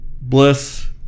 Bliss